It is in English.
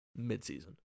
midseason